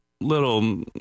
little